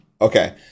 Okay